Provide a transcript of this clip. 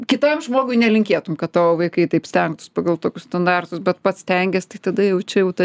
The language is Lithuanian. kitam žmogui nelinkėtum kad tavo vaikai taip stengtųs pagal tokius standartus bet pats stengies tai tada jau čia jau ta